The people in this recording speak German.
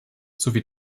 sowie